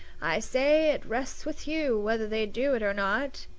i say it rests with you whether they do it or not.